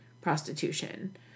prostitution